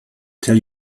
tell